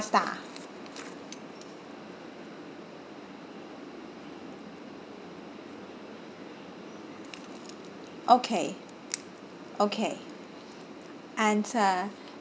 star okay okay and uh